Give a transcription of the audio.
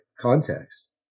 context